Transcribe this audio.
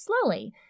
slowly